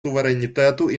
суверенітету